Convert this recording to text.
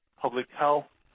public health,